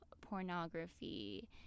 pornography